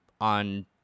on